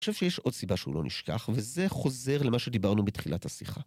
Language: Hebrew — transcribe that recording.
‫אני חושב שיש עוד סיבה שהוא לא נשכח, ‫וזה חוזר למה שדיברנו בתחילת השיחה.